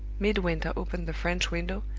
midwinter opened the french window,